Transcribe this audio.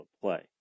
play